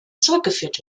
zurückgeführt